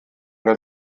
wer